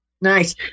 Nice